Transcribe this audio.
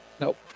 nope